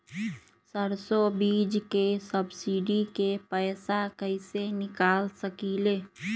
सरसों बीज के सब्सिडी के पैसा कईसे निकाल सकीले?